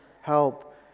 help